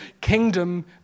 kingdom